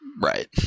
Right